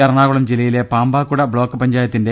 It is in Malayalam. എറണാകുളം ജില്ലയിലെ പാമ്പാക്കുട ബ്ലോക്ക് പഞ്ചായത്തിന്റെ ഐ